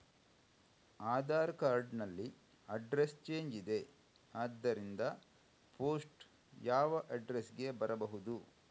Aadhaar card ನಲ್ಲಿ address change ಇದೆ ಆದ್ದರಿಂದ ಪೋಸ್ಟ್ ಯಾವ ಅಡ್ರೆಸ್ ಗೆ ಬರಬಹುದು?